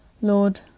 Lord